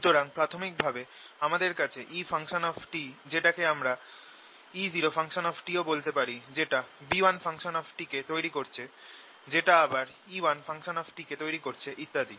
সুতরাং প্রাথমিক ভাবে আমাদের কাছে E যেটাকে আমরা E0 ও বলতে পারি যেটা B1 কে তৈরি করছে যেটা আবার E1 কে তৈরি করছে ইত্যাদি